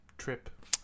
trip